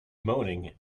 moaning